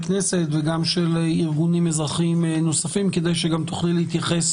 כנסת וגם של ארגונים אזרחיים נוספים כדי שתוכלי להתייחס